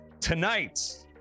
tonight